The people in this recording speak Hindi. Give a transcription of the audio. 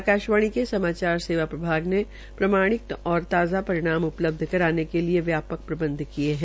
आकाशवाणी के समाचार सेवा प्रभाग ने प्रमाणिक और ताज़ा परिणाम उपलब्ध कराने के लिये व्यापक प्रबंध किये है